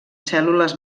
cèl·lules